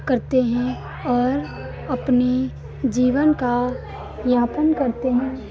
करते हैं और अपने जीवन का यापन करते हैं